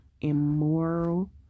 immoral